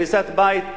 הריסת בית,